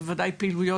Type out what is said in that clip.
כי זה חינם,